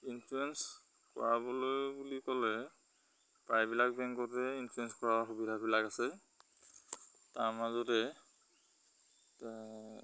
insurance কৰাবলৈ বুলি ক'লে প্ৰায়বিলাক বেংকতে ইঞ্চুৰেঞ্চ কৰ সুবিধাবিলাক আছে তাৰ মাজতে